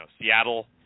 Seattle